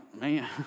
man